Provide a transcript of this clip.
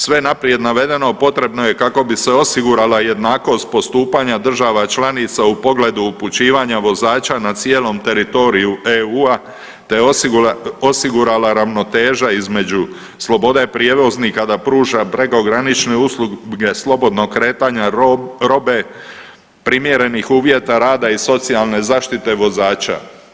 Sve naprijed navedeno potrebno je kako bi se osigurala jednakost postupanja država članica u pogledu upućivanja vozača na cijelom teritoriju EU-a, te osigurala ravnoteža između slobode prijevoznika da pruža prekogranične usluge slobodnog kretanja robe, primjerenih uvjeta rada i socijalne zaštite vozača.